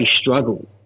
struggle